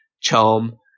charm